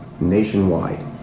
nationwide